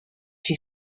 she